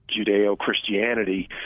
Judeo-Christianity